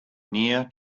near